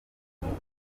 twumva